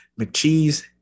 McCheese